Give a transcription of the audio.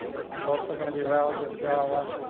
this is also gonna be value of job. ah,